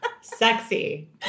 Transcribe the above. Sexy